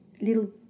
little